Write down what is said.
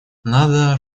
надо